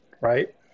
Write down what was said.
right